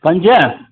पंज